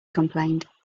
complained